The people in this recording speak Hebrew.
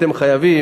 אתם חייבים